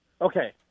Okay